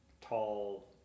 tall